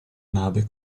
nave